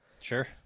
Sure